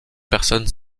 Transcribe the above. personnes